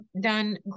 done